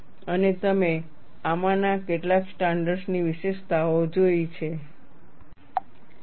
અને અમે આમાંના કેટલાક સ્ટાન્ડર્ડ્સની વિશેષતાઓ જોઈએ છીએ